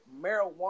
marijuana